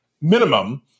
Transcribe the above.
minimum